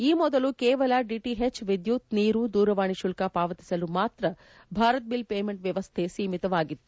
ಈ ಮೊದಲು ಕೇವಲ ಡಿಟಿಎಚ್ ವಿದ್ಯುತ್ ನೀರು ದೂರವಾಣಿ ಶುಲ್ತ ಪಾವತಿಸಲು ಮಾತ್ರ ಭಾರತ್ ಬಿಲ್ ಪೇಮೆಂಟ್ ವ್ಯವಸ್ಥೆ ಸೀಮಿತವಾಗಿತ್ತು